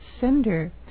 sender